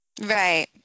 Right